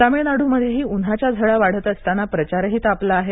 तमिळनाडूमध्येही उन्हाच्या झळा वाढत असताना प्रचारही तापला आहे